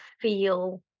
feel